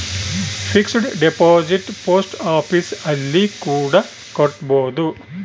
fixed deposit post office ಅಲ್ಲಿ ಕೂಡ ಕಟ್ಬೋದು